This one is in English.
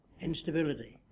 instability